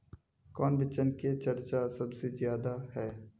कौन बिचन के चर्चा सबसे ज्यादा है?